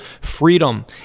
freedom